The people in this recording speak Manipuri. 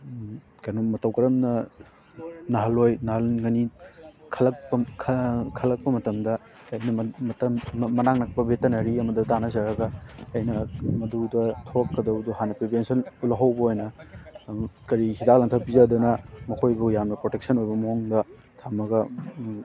ꯀꯩꯅꯣ ꯃꯇꯧ ꯀꯔꯝꯅ ꯅꯥꯍꯜꯂꯣꯏ ꯅꯥꯍꯟꯒꯅꯤ ꯈꯜꯂꯛꯄ ꯈꯜꯂꯛꯄ ꯃꯇꯝꯗ ꯃꯅꯥꯛ ꯅꯛꯄ ꯚꯦꯇꯅꯔꯤ ꯑꯃꯗ ꯇꯥꯅꯖꯔꯒ ꯑꯩꯅ ꯃꯗꯨꯗ ꯊꯣꯛꯀꯗꯧꯗꯣ ꯍꯥꯟꯅ ꯄ꯭ꯔꯤꯚꯦꯟꯁꯟ ꯂꯧꯍꯧꯕ ꯑꯣꯏꯅ ꯀꯔꯤ ꯍꯤꯗꯥꯛ ꯂꯥꯡꯊꯛ ꯄꯤꯖꯗꯨꯅ ꯃꯈꯣꯏꯕꯨ ꯌꯥꯝꯅ ꯄ꯭ꯔꯣꯇꯦꯛꯁꯟ ꯑꯣꯏꯕ ꯃꯑꯣꯡꯗ ꯊꯝꯃꯒ